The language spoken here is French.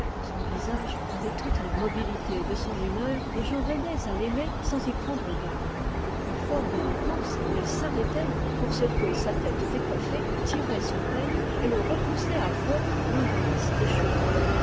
son visage avait toute la mobilité de son humeur et j'en venais à l'aimer sans y prendre garde au plus fort de nos courses elle s'arrêtait pour secouer sa tête décoiffée tirait son peigne et le repoussait à fond dans la masse des cheveux